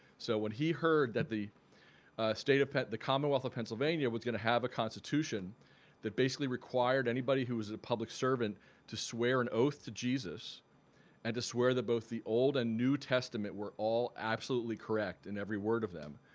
so when he heard that the state of penn the commonwealth of pennsylvania was gonna have a constitution that basically required anybody who was a public servant to swear an oath to jesus and to swear that both the old and new testament were all absolutely correct in every word of them,